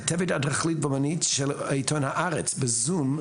כתבת אדריכלות ואומנות של עיתון הארץ בזום,